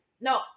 no